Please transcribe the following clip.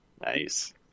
Nice